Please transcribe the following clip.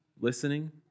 listening